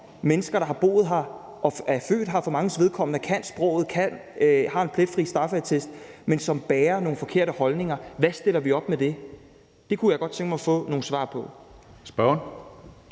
mennesker, der er født og har boet her, og som for manges vedkommende kan sproget og har en pletfri straffeattest, men som bærer nogle forkerte holdninger. Hvad stiller vi op med det? Det kunne jeg godt tænke mig at få nogle svar på.